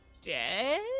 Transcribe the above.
dead